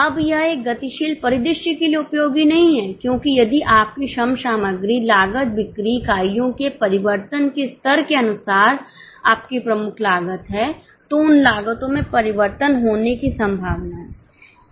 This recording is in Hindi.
अब यह एक गतिशील परिदृश्य के लिए उपयोगी नहीं है क्योंकि यदि आपकी श्रम सामग्री लागत बिक्री इकाइयों के परिवर्तन के स्तर के अनुसार आपकी प्रमुख लागत है तो उन लागतों में परिवर्तन होने की संभावना है